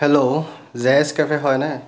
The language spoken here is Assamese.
হেল্ল' জে এছ কেফে হয়নে